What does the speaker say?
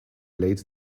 late